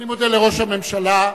אני מודה לראש הממשלה,